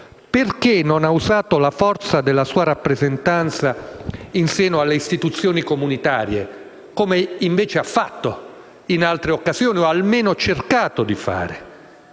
Perché non ha usato la forza della sua rappresentanza in seno alle istituzioni comunitarie, come invece ha fatto o almeno cercato di fare